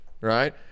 right